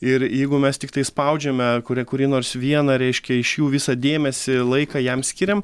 ir jeigu mes tiktai spaudžiame kuria kurį nors vieną reiškia iš jų visą dėmesį laiką jam skiriam